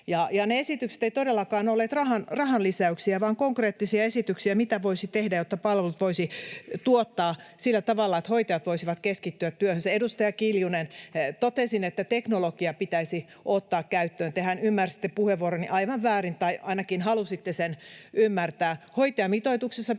esitykset eivät todellakaan olleet rahanlisäyksiä vaan konkreettisia esityksiä, mitä voisi tehdä, jotta palvelut voisi tuottaa sillä tavalla, että hoitajat voisivat keskittyä työhönsä. Edustaja Kiljunen, totesin, että teknologia pitäisi ottaa käyttöön. [Kimmo Kiljunen: Kyllä!] Tehän ymmärsitte puheenvuoroni aivan väärin, tai ainakin halusitte sen ymmärtää väärin. Hoitajamitoituksessa